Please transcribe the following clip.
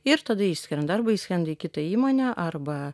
ir tada išskrenda arba išskrenda į kitą įmonę arba